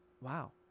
wow